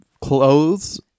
clothes